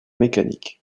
mécaniques